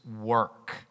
work